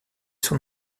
son